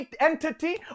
entity